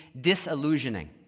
disillusioning